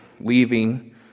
leaving